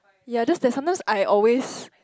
ya just that sometimes I always